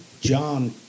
John